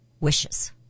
wishes